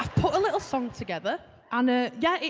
put a little song together and yeah,